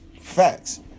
Facts